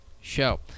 show